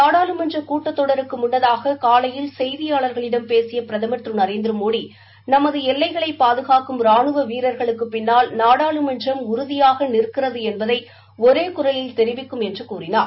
நாடாளுமன்ற கூட்டத்தொடருக்கு முள்ளதாக காலையில் செய்தியாளர்களிடம் பேசிய பிரதமர் கிரு நரேந்திரமோடி நமது எல்லைகளை பாதுகாக்கும் ரானுவ வீரர்களுக்குப் பின்னால் நாடாளுமன்றம் உறுதியாக நிற்கிறது என்பதை ஒரே குரலில் தெரிவிக்கும் என்று கூறினார்